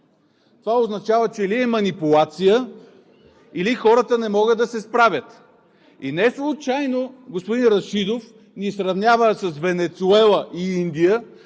Това означава, че или е манипулация, или хората не могат да се справят. И неслучайно господин Рашидов ни сравнява с Венецуела и Индия,